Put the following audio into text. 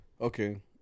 okay